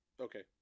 okay